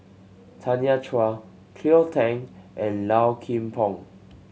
Tanya Chua Cleo Thang and Low Kim Pong